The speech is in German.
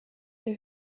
der